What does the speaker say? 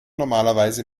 normalerweise